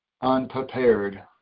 unprepared